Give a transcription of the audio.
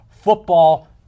football